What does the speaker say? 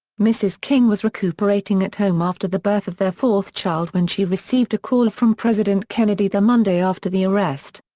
mrs. king was recuperating at home after the birth of their fourth child when she received a call from president kennedy the monday after the arrest.